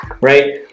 right